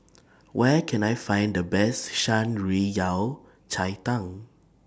Where Can I Find The Best Shan Rui Yao Cai Tang